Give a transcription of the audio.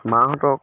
মাহঁতক